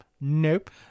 Nope